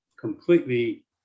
completely